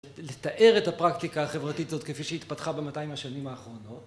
לתאר את הפרקטיקה החברתית הזאת כפי שהתפתחה במאתיים השנים האחרונות